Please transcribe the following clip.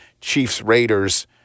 Chiefs-Raiders